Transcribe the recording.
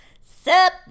Sup